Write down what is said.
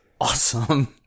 awesome